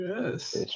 Yes